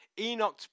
Enoch